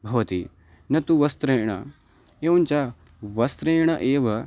भवति न तु वस्त्रेण एवञ्च वस्त्रेण एव